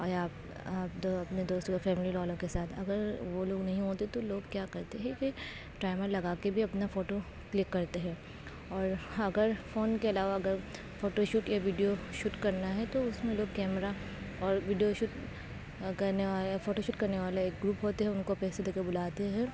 یا اپنے دوستوں یا فیملی والوں کے ساتھ اگر وہ لوگ نہیں ہوتے تو لوگ کیا کرتے ہے کہ ٹائمر لگا کے بھی اپنا فوٹو کلک کرتے ہے اور اگر فون کے علاوہ اگر فوٹو شوٹ یا ویڈیو شوٹ کرنا ہے تو اس میں لوگ کیمرا اور ویڈیو شوٹ کرنے والے فوٹو شوٹ کرنے والے ایک گروپ ہوتے ہے ان کو پیسے دے کے بلاتے ہے